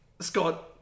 Scott